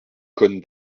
cosne